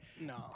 No